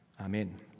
Amen